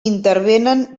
intervenen